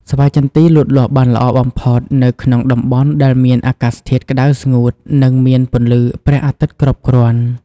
ស្វាយចន្ទីលូតលាស់បានល្អបំផុតនៅក្នុងតំបន់ដែលមាន អាកាសធាតុក្តៅស្ងួត និងមាន ពន្លឺព្រះអាទិត្យគ្រប់គ្រាន់។